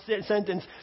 sentence